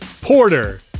Porter